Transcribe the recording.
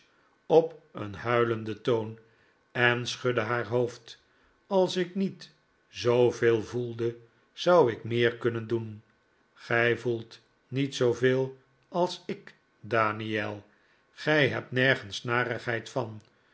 op een huilenden toon en schudde haar hoofd als ik niet zooveel voelde zou ik meer kunnen doen gij voelt niet zooveel als ik daniel gij hebt nergens narigheid van